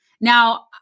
Now